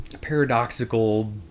paradoxical